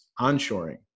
onshoring